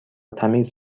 تمیز